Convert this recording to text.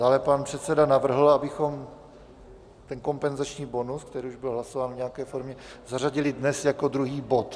Dále pan předseda navrhl, abychom kompenzační bonus, který už byl hlasován v nějaké formě, zařadili dnes jako druhý bod.